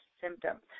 symptoms